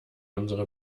unsere